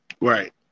Right